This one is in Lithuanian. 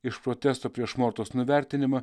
iš protesto prieš mortos nuvertinimą